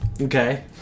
okay